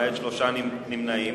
למעט שלושה נמנעים.